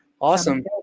awesome